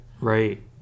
Right